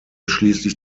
schließlich